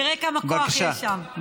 תראה כמה כוח יש שם.